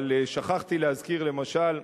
אבל שכחתי להזכיר, למשל,